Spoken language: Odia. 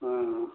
ହଁ